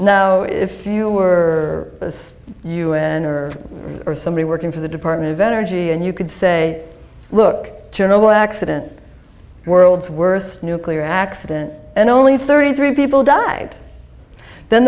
now if you were un or or somebody working for the department of energy and you could say look chernobyl accident world's worst nuclear accident and only thirty three people died then